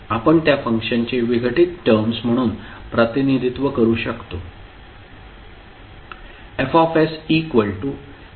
आपण त्या फंक्शनचे विघटित टर्म्स म्हणून प्रतिनिधित्व करू शकतो